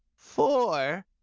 for,